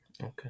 Okay